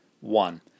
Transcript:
One